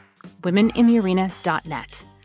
womeninthearena.net